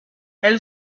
elle